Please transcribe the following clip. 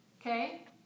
okay